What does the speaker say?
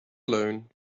alone